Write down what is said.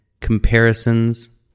comparisons